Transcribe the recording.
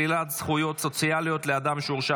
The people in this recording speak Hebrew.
שלילת זכויות סוציאליות לאדם שהורשע